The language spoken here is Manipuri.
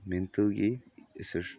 ꯃꯦꯟꯇꯜꯒꯤ ꯔꯤꯁꯔꯁ